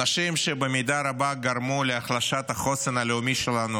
אנשים שבמידה רבה גרמו להחלשת החוסן הלאומי שלנו